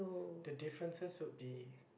the differences would be